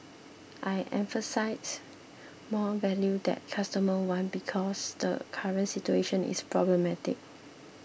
i emphasised more value that customers want' because the current situation is problematic